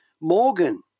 Morgan